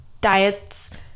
Diets